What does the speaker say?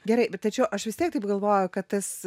gerai bet tačiau aš vis tiek taip galvoju kad tas